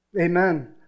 Amen